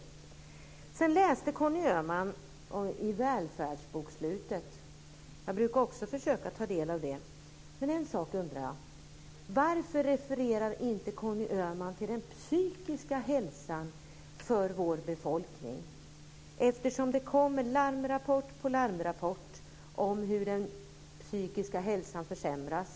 Conny Öhman läste ur Välfärdsbokslutet. Jag brukar också försöka ta del av det. Men en sak undrar jag: Varför refererar inte Conny Öhman till den psykiska hälsan för vår befolkning, eftersom det kommer larmrapport efter larmrapport om hur den psykiska hälsan försämras?